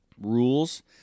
rules